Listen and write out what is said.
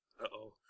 Uh-oh